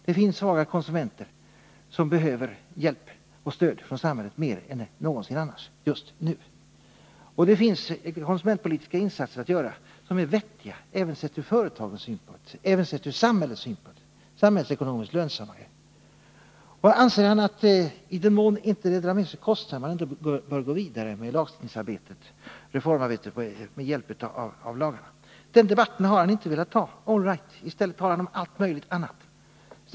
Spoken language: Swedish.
Det finns svaga konsumenter som behöver hjälp och stöd från samhället mer än någonsin just nu, och det finns konsumentpolitiska insatser att göra som är vettiga, även sett ur företagens och ur samhällets synpunkt — de är samhällsekonomiskt lönsammare. Och anser handelsministern att man i den mån det inte drar med sig kostnader bör gå vidare med reformarbetet med hjälp av lagstiftning? All right — den debatten har handelsministern inte velat ta. I stället talar han om allt möjligt annat.